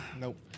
Nope